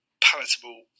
palatable